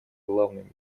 главными